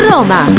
Roma